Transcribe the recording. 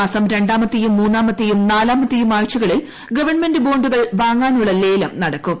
മാസം ര ാമത്തെയും മൂന്നാമത്തെയും നാലാമത്തെയും ആഴ്ചകളിൽ ഈ ഗവൺമെന്റ് ബോ ുകൾ വാങ്ങാനുള്ള ലേലം നടക്കും